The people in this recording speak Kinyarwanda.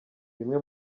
bimwe